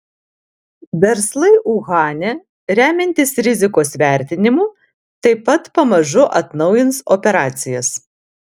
verslai uhane remiantis rizikos vertinimu taip pat pamažu atnaujins operacijas